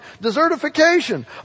desertification